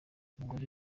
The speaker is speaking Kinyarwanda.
umugore